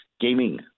gaming